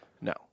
No